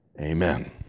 Amen